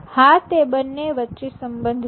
હા તે બંને વચ્ચે સંબંધ છે